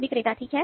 विक्रेता ठीक है